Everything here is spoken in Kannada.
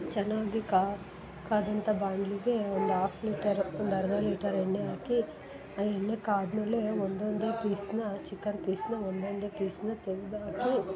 ಚೆನ್ನಾಗಿ ಕಾದಂಥ ಬಾಣ್ಲೆಗೆ ಒಂದು ಆಫ್ ಲೀಟರು ಒಂದು ಅರ್ಧ ಲೀಟರ್ ಎಣ್ಣೆ ಹಾಕಿ ಆ ಎಣ್ಣೆ ಕಾದ ಮೇಲೆ ಒಂದೊಂದೇ ಪೀಸ್ನ ಚಿಕನ್ ಪೀಸ್ನ ಒಂದೊಂದೇ ಪೀಸ್ನ ತೆಗ್ದು ಹಾಕಿ